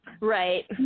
Right